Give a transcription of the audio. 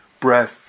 breath